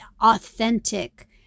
authentic